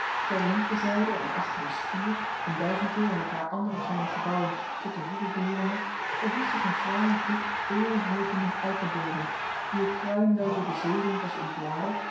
ter linkerzijde en achter een schuur een duiventil en een paar andere kleine gebouwen tot de hoeve behoorende verhief zich een fraaie groep eeuwenheugende eikeboomen wier kruin wel door den zeewind was ontbladerd